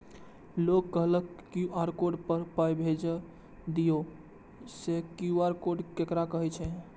लोग कहलक QR code पर पाय भेज दियौ से क्यू.आर कोड ककरा कहै छै?